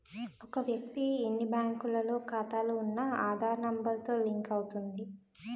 ఒక వ్యక్తి ఎన్ని బ్యాంకుల్లో ఖాతాలో ఉన్న ఆధార్ నెంబర్ తో లింక్ అవుతుంది